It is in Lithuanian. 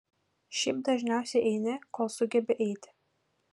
šiaip dažniausiai eini kol sugebi eiti